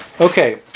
Okay